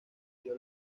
dio